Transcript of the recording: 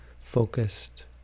focused